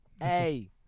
Hey